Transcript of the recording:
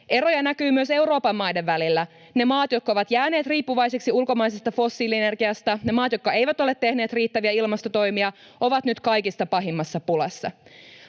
Eroja näkyy myös Euroopan maiden välillä. Ne maat, jotka ovat jääneet riippuvaisiksi ulkomaisesta fossiilienergiasta, ne maat, jotka eivät ole tehneet riittäviä ilmastotoimia, ovat nyt kaikista pahimmassa pulassa.